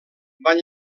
van